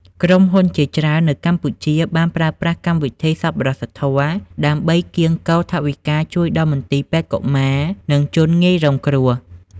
ក្រុមហ៊ុនជាច្រើននៅកម្ពុជាបានប្រើប្រាស់កម្មវិធី សប្បុរសធម៌ ដើម្បីកៀងគរថវិកាជួយដល់មន្ទីរពេទ្យកុមារ និងជនងាយរងគ្រោះ។